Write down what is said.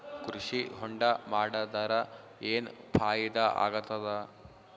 ಕೃಷಿ ಹೊಂಡಾ ಮಾಡದರ ಏನ್ ಫಾಯಿದಾ ಆಗತದ?